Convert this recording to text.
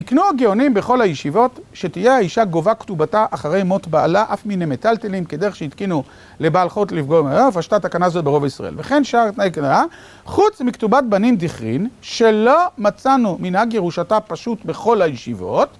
תקנו הגאונים בכל הישיבות: שתהיה האשה גובה כתובתה אחרי מות בעלה אף מן המטלטלין, כדרך שהתקינו לבעל חוב לגבות מן המטלטלין, ופשטה תקנה זו ברוב ישראל. וכן שאר תנאי כתובה כולן ככתובה הן וישנן במטלטלין כבקרקע, חוץ מכתובת בנין דכרין שלא מצאנו מנהג ירושתן פשוט בכל הישיבות